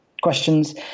questions